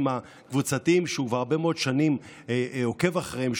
הקבוצתיים שהוא כבר הרבה מאוד שנים עוקב אחריהם,